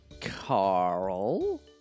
carl